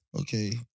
Okay